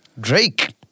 Drake